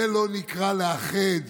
זה לא נקרא לאחד.